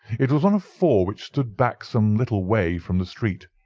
it was one of four which stood back some little way from the street,